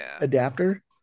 adapter